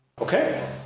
Okay